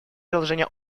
предложения